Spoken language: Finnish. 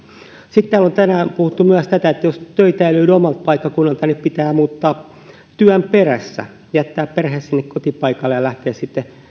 sitten täällä on tänään puhuttu myös tästä että jos töitä löydy omalta paikkakunnalta niin pitää muuttaa työn perässä jättää perhe sinne kotipaikalle ja lähteä sitten